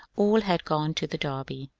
all had gone to the derby.